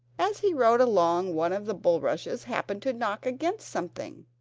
as he rode along one of the bulrushes happened to knock against something.